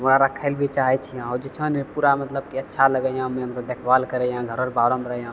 ओकरा रखैलिए भी चाहे छिए ओ जे छै ने पूरा मतलब कि अच्छा लगैए देखभाल करैए घरोमे बाहरोमे रहैए